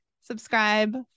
subscribe